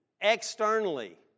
externally